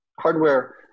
hardware